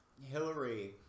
Hillary